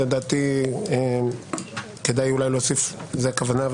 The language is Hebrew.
לדעתי זאת אולי הכוונה,